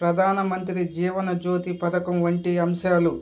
ప్రధానమంత్రి జీవనజ్యోతి పథకం వంటి అంశాలు